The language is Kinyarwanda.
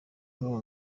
paul